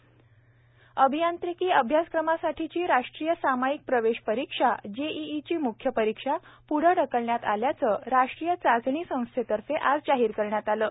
जेईईची म्ख्य परीक्षा अभियांत्रिकी अभ्यासक्रमासाठीची राष्ट्रीय सामाईक प्रवेश परीक्षा जेईईची म्ख्य परीक्षा प्ढं ढकलण्यात आल्याचं राष्ट्रीय चाचणी संस्थेतर्फे आज जाहीर करण्यात आलं आहे